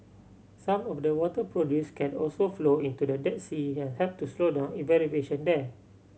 some of the water produced can also flow into the Dead Sea and help to slow down evaporation there